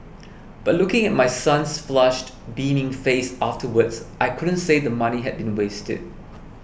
but looking at my son's flushed beaming face afterwards I couldn't say the money had been wasted